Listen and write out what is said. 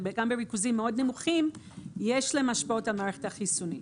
וגם בריכוזים מאוד נמוכים יש להם השפעות על מערכת החיסון.